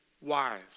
wise